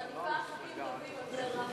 אני מעדיפה חוקים טובים על דרמות.